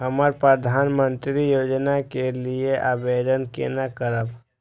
हम प्रधानमंत्री योजना के लिये आवेदन केना करब?